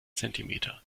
zentimeter